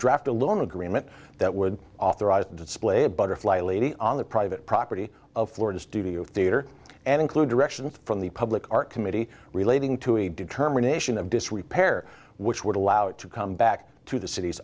draft a loan agreement that would authorize display a butterfly lady on the private property of florida studio theater and include directions from the public art committee relating to a determination of disrepair which would allow it to come back to the cit